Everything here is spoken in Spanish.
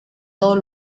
todos